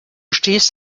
stehst